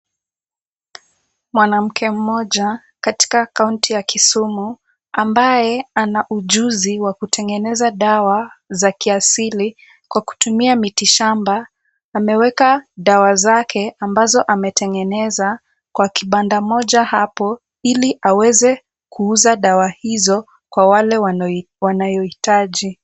Mwanamke mmoja katika kaunti ya Kisumu ambaye ana ujuzi wa kutengeneza dawa za kiasili kwa kutumia miti shamba. Ameweka dawa zake ambazo ametengeneza kwa kibanda moja hapo ili aweze kuuza dawa hizo kwa wale wanayohitaji.